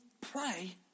pray